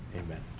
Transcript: Amen